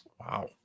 Wow